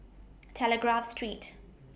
Telegraph Street